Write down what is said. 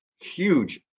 huge